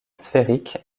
sphérique